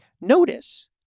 notice